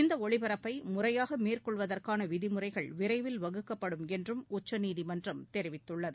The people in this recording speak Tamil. இந்த ஒளிபரப்பை முறையாக மேற்கொள்வதற்கான விதிமுறைகள் விரைவில் வகுக்கப்படும் என்றும் உச்சநீதிமன்றம் தெரிவித்துள்ளது